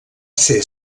ser